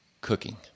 Cooking